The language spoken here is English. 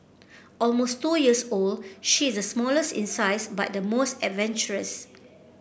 almost two years old she is smallest in size but the most adventurous